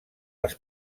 les